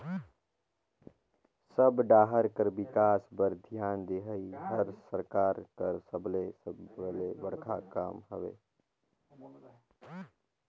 सब डाहर कर बिकास बर धियान देहई हर सरकार कर सबले सबले बड़खा काम हवे